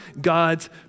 God's